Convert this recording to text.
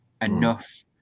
enough